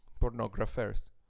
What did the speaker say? pornographers